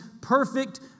perfect